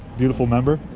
beautiful member,